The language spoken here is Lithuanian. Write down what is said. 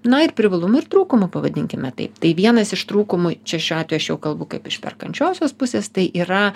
na ir privalumų ir trūkumų pavadinkime taip tai vienas iš trūkumų čia šiuo atveju aš jau kalbu kaip iš perkančiosios pusės tai yra